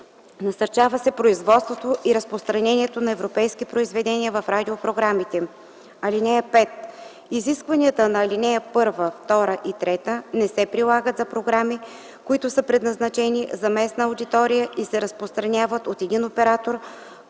Насърчава се производството и разпространението на европейски произведения в радиопрограмите. (5) Изискванията на алинеи 1, 2 и 3 не се прилагат за програми, които са предназначени за местна аудитория и се разпространяват от един оператор,